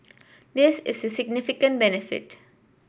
this is a significant benefit